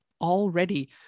already